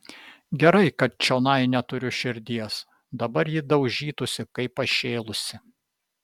gerai kad čionai neturiu širdies dabar ji daužytųsi kaip pašėlusi